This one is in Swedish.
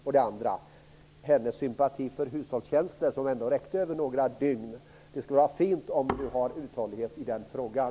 För det andra: Arbetsmarknadsministerns sympati för hushållstjänster räckte några dygn. Det skulle vara fint om hon ville visa uthållighet i den frågan.